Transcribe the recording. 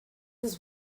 his